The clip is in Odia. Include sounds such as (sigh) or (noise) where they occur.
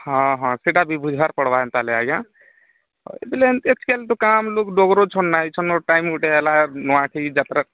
ହଁ ହଁ ସେଟା ବି ବୁଝିବାର ପଡ଼ିବ ତାହାଲେ ଆଜ୍ଞା (unintelligible) କାମ ଲୋକ ଡୋଗର ଛନ୍ ନାଇ ଛନ୍ଟା ଟାଇମ୍ ଗୋଟେ ହେଲା ନୂଆଁଖାଇ ଯାତ୍ରା